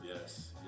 Yes